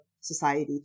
society